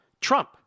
Trump